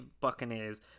Buccaneers